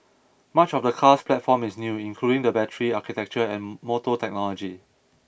much of the car's platform is new including the battery architecture and motor technology